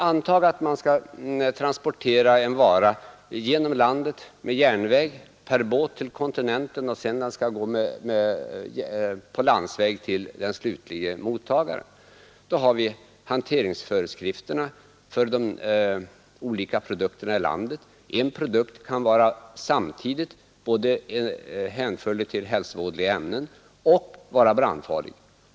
Antag att man skall transportera en vara genom landet med järnväg, per båt till kontinenten och sedan på landsväg till den slutliga mottagaren! Då har vi att iaktta de svenska hanteringsföreskrifter som gäller för olika produkter. En produkt kan samtidigt vara hänförlig till hälsovådliga ämnen och vara brand farlig.